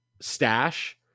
stash